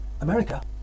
America